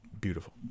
beautiful